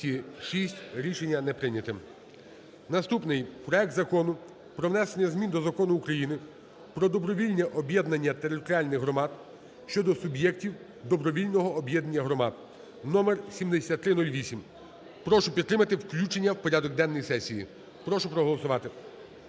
Наступний. Проект Закону про внесення змін до Закону України "Про добровільне об'єднання територіальних громад" щодо суб'єктів добровільного об'єднання громад (номер 7308). Прошу підтримати включення у порядок денний сесії, прошу проголосувати.